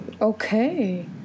Okay